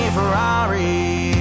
Ferrari